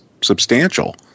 substantial